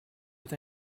with